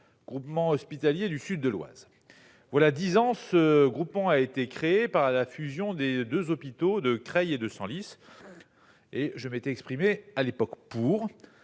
Groupement hospitalier du sud de l'Oise, voilà 10 ans, ce groupement a été créé par la fusion des 2 hôpitaux de Creil et de Senlis et je m'étais exprimé à l'époque pour